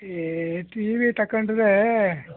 T V ತಕಂಡಿದ್ದೆ